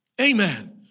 Amen